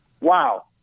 wow